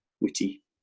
witty